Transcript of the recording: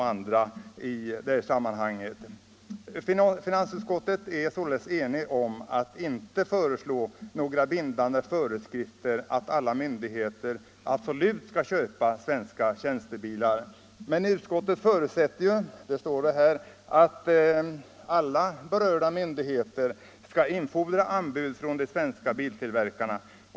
Finansutskottet är således enigt om att inte föreslå några bindande föreskrifter att alla myndigheter absolut skall köpa svenska tjänstebilar. Men utskottet förutsätter — det står även i betänkandet — ”att alla berörda myndigheter infordrar anbud från de svenska biltillverkarna”.